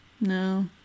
No